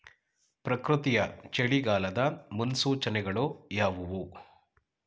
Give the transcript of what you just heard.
ಪ್ರಕೃತಿಯ ಚಳಿಗಾಲದ ಮುನ್ಸೂಚನೆಗಳು ಯಾವುವು?